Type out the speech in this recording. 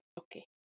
okay